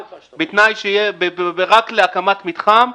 רק להקמת מתחם,